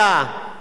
אין מלים